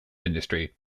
industry